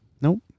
Nope